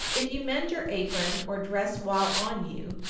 if you mend your apron or dress while on you,